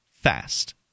fast